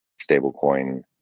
stablecoin